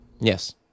Yes